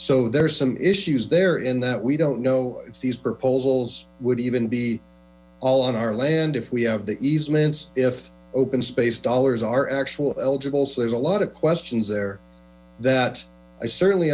so there are some issues there in that we don't know if these proposals would even be all on our land if we have the easements if open space dollars are actual eligible so there's a lot of questions there that i certainly